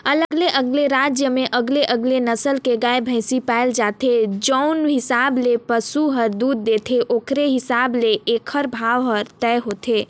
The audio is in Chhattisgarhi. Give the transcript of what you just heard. अलगे अलगे राज म अलगे अलगे नसल के गाय, भइसी पाए जाथे, जउन हिसाब ले पसु ह दूद देथे ओखरे हिसाब ले एखर भाव हर तय होथे